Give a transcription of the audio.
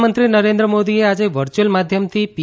પ્રધાનમંત્રી નરેન્દ્ર મોદીએ આજે વર્ચ્યુઅલ માધ્યમથી પી